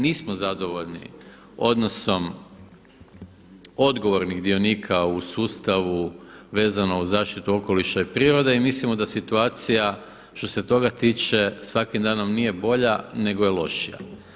Nismo zadovoljni odnosom odgovornih dionika u sustavu vezano uz zaštitu okoliša i prirode i mislimo da situacija što se toga tiče svakim danom nije bolja nego je lošija.